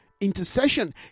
Intercession